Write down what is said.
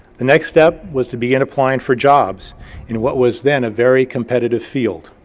the next step was to begin applying for jobs in what was then a very competitive field.